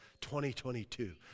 2022